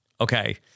Okay